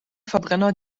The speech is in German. verbrenner